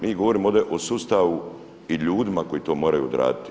Mi govorimo ovdje o sustavu i ljudima koji to moraju odraditi.